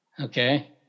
Okay